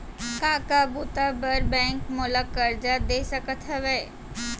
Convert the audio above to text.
का का बुता बर बैंक मोला करजा दे सकत हवे?